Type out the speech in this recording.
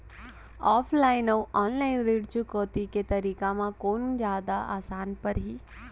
Offline अऊ online ऋण चुकौती के तरीका म कोन जादा आसान परही?